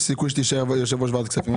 יש סיכוי שתישאר יושב-ראש ועדת הכספים.